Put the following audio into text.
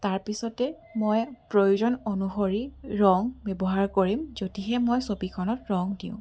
তাৰপিছতে মই প্ৰয়োজন অনুসৰি ৰং ব্যৱহাৰ কৰিম যদিহে মই ছবিখনত ৰং দিওঁ